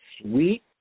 sweet